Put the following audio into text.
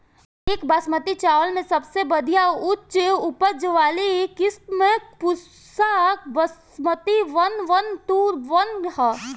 एक बासमती चावल में सबसे बढ़िया उच्च उपज वाली किस्म Pusa Basmati one one two one ह?